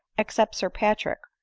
except sir patrick,